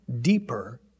deeper